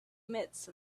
midst